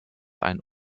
ein